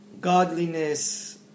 godliness